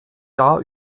jahr